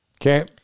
Okay